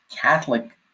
Catholic